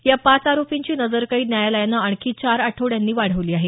या पाच आरोपींची नजरकैद न्यायालयानं आणखी चार आठवड्यांनी वाढवली आहे